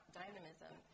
dynamism